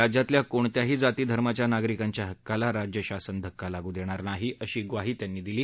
राज्यातल्या कोणत्याही जाती धर्माच्या नागरिकांच्या हक्काला राज्य शासन धक्का लागू देणार नाही अशी ग्वाही त्यांनी यावेळी दिली